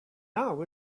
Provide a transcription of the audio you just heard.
now